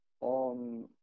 on